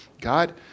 God